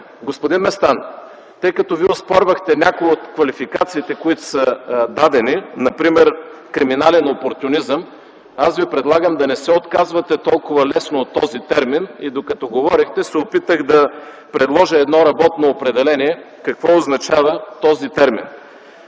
господин Местан, тъй като Вие оспорвахте някои от квалификациите, които са дадени, например „криминален опортюнизъм”, аз Ви предлагам да не се отказвате толкова лесно от този термин. Докато говорехте, се опитах да предложа едно работно определение за това какво означава този термин.